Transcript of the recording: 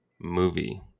movie